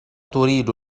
تريد